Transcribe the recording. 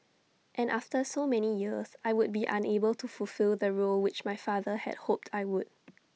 and after so many years I would be unable to fulfil the role which my father had hoped I would